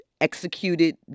executed